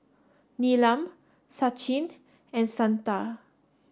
Neelam Sachin and Santha